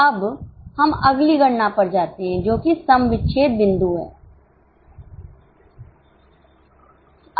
अब हम अगली गणना पर जाते हैं जो कि सम विच्छेद बिंदु है